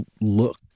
look